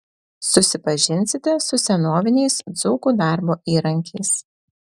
susipažinsite su senoviniais dzūkų darbo įrankiais